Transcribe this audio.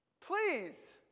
Please